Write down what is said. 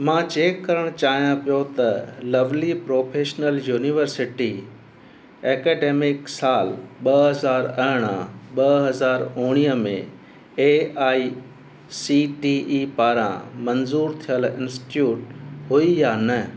मां चैक करणु चाहियां पियो त लवली प्रोफेशनल यूनिवर्सिटी एकेडमिक साल ॿ हज़ार अरिॾहं ॿ हज़ार उणिवीह में A I C T E पारां मंज़ूरु थियल इंस्टिट्यूट हुई या न